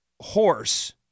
horse